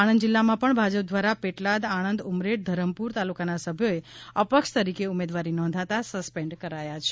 આણંદ જીલ્લામાં પણ ભાજપ દ્વારા પેટલાદ આણંદ ઉમરેઠ ધરમપુર તાલુકાના સભ્યોએ અપક્ષ તરીકે ઉમેદવારી નોંધાતા સન્સ્પેંડ કરાયા છે